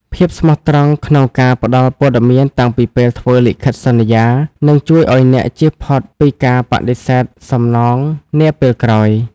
ភាពស្មោះត្រង់ក្នុងការផ្ដល់ព័ត៌មានតាំងពីពេលធ្វើលិខិតសន្យា នឹងជួយឱ្យអ្នកជៀសផុតពីការបដិសេធសំណងនាពេលក្រោយ។